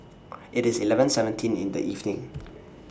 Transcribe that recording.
IT IS eleven seventeen in The evening